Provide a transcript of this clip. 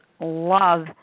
love